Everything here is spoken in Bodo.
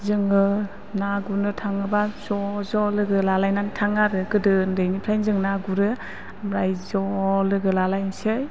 जोङो ना गुरनो थाङोब्ला ज' ज' लोगो लालायनानै थाङो आरो गोदो उन्दैनिफ्रायनो जोङो ना गुरो ओमफ्राय ज' लोगो लाज्लायनोसै